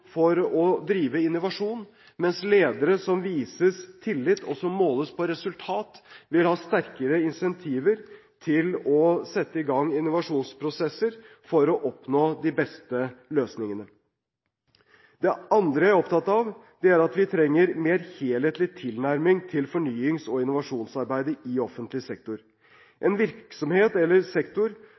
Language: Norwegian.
for å drive innovasjon, mens ledere som vises tillit, og som måles på resultat, vil ha sterkere insentiver til å sette i gang innovasjonsprosesser for å finne de beste løsningene. Det andre jeg er opptatt av, er at vi trenger en mer helhetlig tilnærming til fornyings- og innovasjonsarbeidet i offentlig sektor. En virksomhet eller sektor